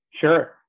Sure